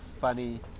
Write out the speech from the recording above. funny